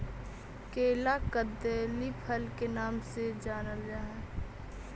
केला कदली फल के नाम से जानल जा हइ